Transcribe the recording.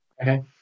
Okay